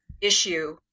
issue